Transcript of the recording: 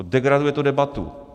Degraduje to debatu.